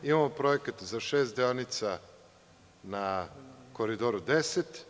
Imamo projekat za šest deonica na Koridoru 10.